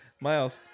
Miles